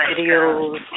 videos